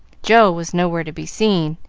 joe was nowhere to be seen,